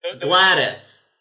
Gladys